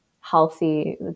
healthy